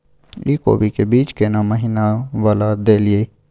इ कोबी के बीज केना महीना वाला देलियैई?